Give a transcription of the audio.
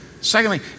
Secondly